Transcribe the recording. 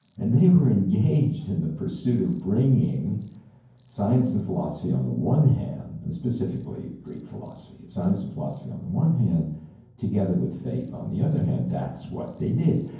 and they were engaged in the pursuit of bringing science and philosophy on the one hand and specifically greek philosophy science and philosophy on the one hand together with faith on the other hand. that's what they did.